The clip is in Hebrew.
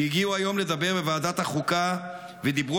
שהגיעו היום לדבר בוועדת החוקה ודיברו